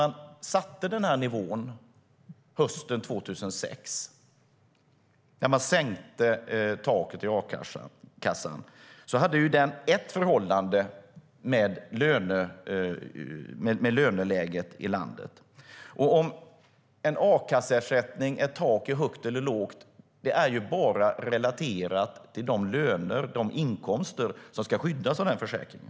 När man hösten 2006 sänkte taket i a-kassan var den i nivå med löneläget i landet. Om taket är högt är eller lågt i en a-kasseersättning är bara relaterat till de inkomster som ska skyddas av denna försäkring.